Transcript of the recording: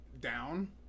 down